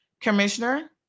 commissioner